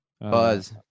Buzz